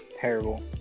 terrible